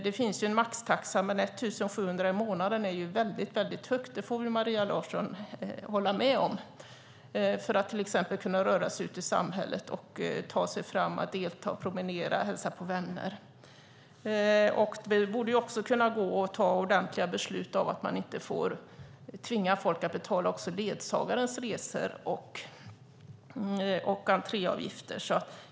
Det finns en maxtaxa, men 1 700 kronor i månaden är väldigt mycket för att man ska kunna röra sig ute i samhället, promenera och hälsa på vänner. Det borde gå att fatta beslut om att man inte får tvinga folk att betala även ledsagarens resor och entréavgifter.